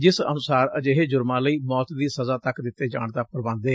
ਜਿਸ ਅਨੁਸਾਰ ਅਜਿਹੇ ਜੁਰਮਾ ਲਈ ਮੌਤ ਦੀ ਸਜ਼ਾ ਤੱਕ ਦਿੱਡੇ ਜਾਣ ਦਾ ਪ੍ਰਬੰਧ ਏ